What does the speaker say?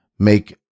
Make